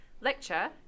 lecture